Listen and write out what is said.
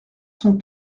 sont